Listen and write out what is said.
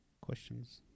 questions